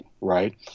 right